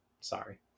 Sorry